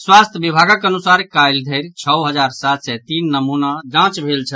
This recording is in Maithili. स्वास्थ्य विभागक अनुसार काल्हि धरि छओ हजार सात सय तीन नमूनाक जांच भेल अछि